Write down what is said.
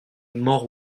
mort